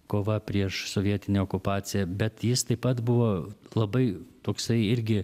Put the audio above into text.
kova prieš sovietinę okupaciją bet jis taip pat buvo labai toksai irgi